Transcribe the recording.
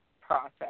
process